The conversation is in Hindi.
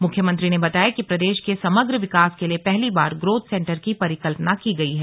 मुख्यमंत्री ने बताया कि प्रदेश के समग्र विकास के लिए पहली बार ग्रोथ सेंटर की परिकल्पना की गई है